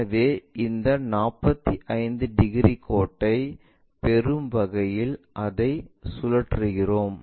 எனவே இந்த 45 டிகிரி கோட்டைப் பெறும் வகையில் அதை சுழற்றுகிறோம்